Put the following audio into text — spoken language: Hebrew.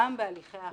גם בהליכי אכיפה.